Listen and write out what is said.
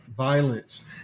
violence